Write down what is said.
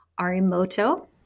Arimoto